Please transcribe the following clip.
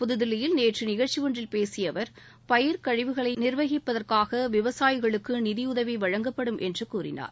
புதுதில்லியில் நேற்று நிகழ்ச்சி ஒன்றில் பேசிய அவர் பயிர் கழிவுகளை நிர்வகிப்பதற்காக விவசாயிகளுக்கு நிதியுதவி வழங்கப்படும் என்று கூறினார்